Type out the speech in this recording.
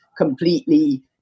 Completely